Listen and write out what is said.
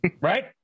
right